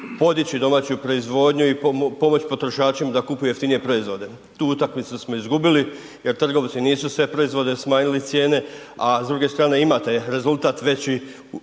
podići domaću proizvodnju i pomoći potrošaču da kupuju jeftinije proizvode. Tu utakmicu smo izgubili jer trgovci nisu sve proizvode smanjili cijene, a s druge strane imate rezultat u